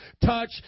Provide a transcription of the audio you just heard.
touch